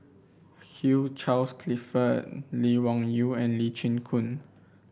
Hugh Charles Clifford Lee Wung Yew and Lee Chin Koon